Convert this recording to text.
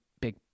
big